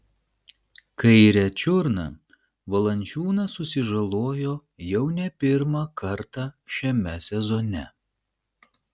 kairę čiurną valančiūnas susižalojo jau ne pirmą kartą šiame sezone